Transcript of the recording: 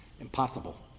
impossible